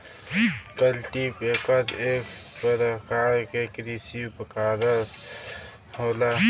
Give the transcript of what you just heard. cultipacker एक परकार के कृषि उपकरन होला